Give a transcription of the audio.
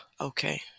Okay